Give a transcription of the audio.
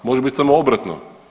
Može biti samo obratno.